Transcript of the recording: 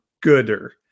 gooder